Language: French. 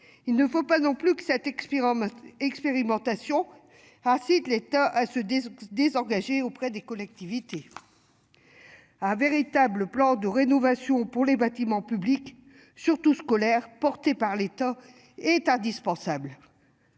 Il ne faut pas non plus que 7 expirant expérimentation. Ah l'État à se désengager auprès des collectivités. Ah, véritable plan de rénovation pour les bâtiments publics surtout scolaire porté par l'État est indispensable.